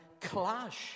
clash